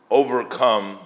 overcome